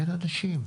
אין אנשים.